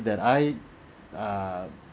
that I err